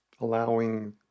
allowing